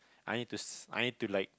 I need to s~ I need to like